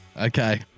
Okay